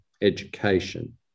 education